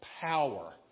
power